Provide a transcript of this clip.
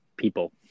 People